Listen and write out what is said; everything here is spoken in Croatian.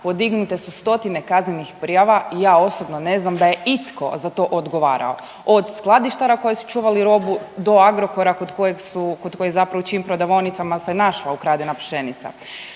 podignute su stotine kaznenih prijava i ja osobno ne znam da je itko za to odgovarao od skladištara koji su čuvali robu do Agrokora kod kojeg su, kod kojeg zapravo, u čijim prodavaonicama se našla ukradena pšenica.